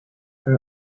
her